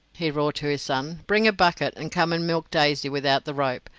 he roared to his son, bring a bucket, and come and milk daisy without the rope,